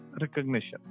recognition